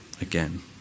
again